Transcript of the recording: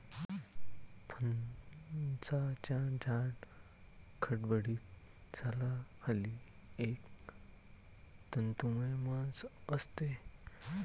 फणसाच्या जाड, खडबडीत सालाखाली एक तंतुमय मांस असते